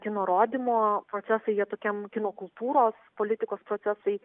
kino rodymo procesai jie tokiam kino kultūros politikos procesai